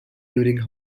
during